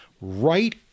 right